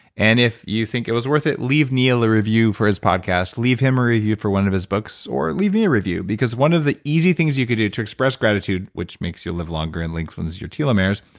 and if you think it was worth it, leave neil a review for his podcast. leave him a review for one of his books, or leave me a review because one of the easy things you could do to express gratitude which makes you live longer and lengthens your telomeres,